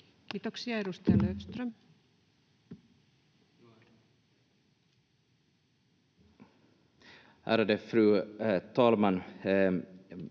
Kiitoksia. — Edustaja Löfström. Ärade fru talman!